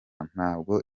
ntabwo